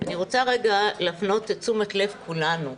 אני רוצה רגע להפנות את תשומת לב כולנו,